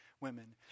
women